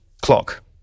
clock